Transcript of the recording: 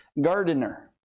gardener